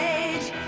age